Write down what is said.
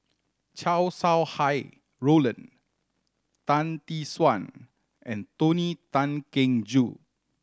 Chow Sau Hai Roland Tan Tee Suan and Tony Tan Keng Joo